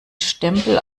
stempel